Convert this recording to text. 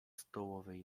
stołowej